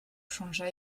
changea